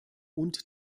und